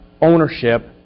ownership